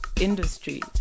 industry